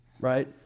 right